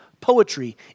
poetry